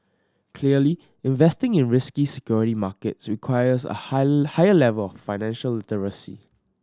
clearly investing in risky security markets requires a high higher level of financial literacy